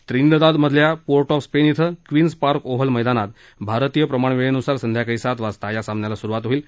त्रिनिदादमधल्या Port of Spain श्वं Queen's Park Oval मैदानात भारतीय प्रमाणवेळेनुसार संध्याकाळी सात वाजता या सामन्याला सुरुवात होईल